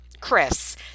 Chris